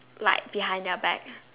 like behind their back